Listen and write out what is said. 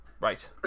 Right